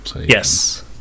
Yes